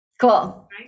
Cool